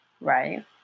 Right